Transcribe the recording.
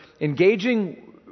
engaging